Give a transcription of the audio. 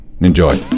Enjoy